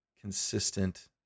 consistent